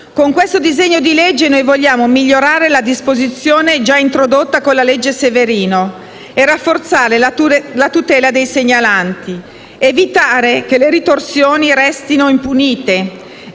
Con questo disegno di legge noi vogliamo migliorare la disposizione già introdotta con la legge Severino, rafforzare la tutela dei segnalanti, evitare che le ritorsioni restino impunite,